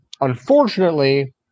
unfortunately